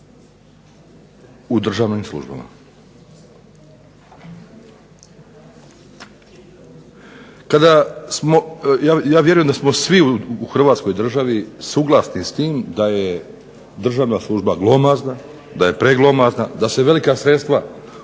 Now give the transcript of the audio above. u državnim službama. Ja vjerujem da smo svi u Hrvatskoj državi suglasni s tim da je državna služba preglomazna, da se velika sredstva